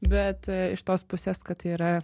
bet iš tos pusės kad tai yra